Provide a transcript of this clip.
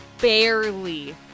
barely